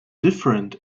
different